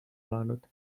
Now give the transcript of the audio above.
elanud